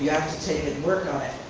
yeah have to take in work on a.